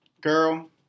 girl